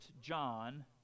John